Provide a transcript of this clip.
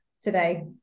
today